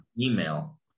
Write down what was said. Email